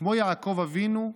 כמו יעקב אבינו,